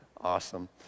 Awesome